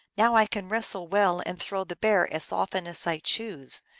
now i can wrestle well and throw the bear as often as i choose.